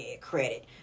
credit